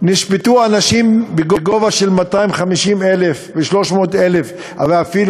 נשפטו אנשים בגובה של 250,000 ו-300,000 ואפילו